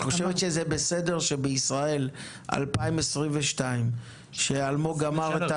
את חושבת שזה בסדר שבישראל 2023, כמו שאלמוג אמר: